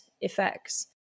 effects